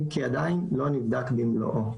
אם כי עדיין לא נבדק במלואו.